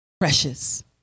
precious